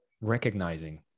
recognizing